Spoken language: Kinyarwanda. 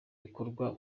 bikorwa